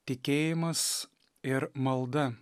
tikėjimas ir malda